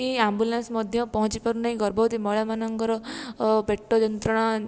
ambulance ମଧ୍ୟ ପହଞ୍ଚି ପାରୁ ନାହିଁ ଗର୍ଭବର୍ତୀ ମହିଳା ମାନଙ୍କର ପେଟ ଯନ୍ତ୍ରଣା